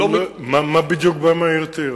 מה בדיוק בא מהעיר טירה?